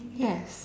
yes